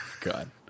God